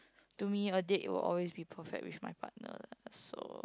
to me a date will always be perfect with my partner lah so